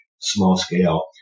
small-scale